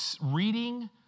reading